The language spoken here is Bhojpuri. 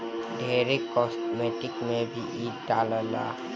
ढेरे कास्मेटिक में भी इ डलाला